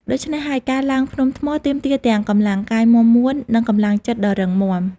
ដូច្នេះហើយ ការឡើងភ្នំថ្ម ទាមទារទាំងកម្លាំងកាយមាំមួន និងកម្លាំងចិត្តដ៏រឹងមាំ។